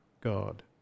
God